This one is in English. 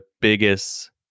biggest